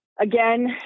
Again